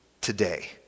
today